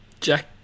Jack